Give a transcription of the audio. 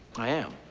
i am.